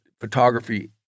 photography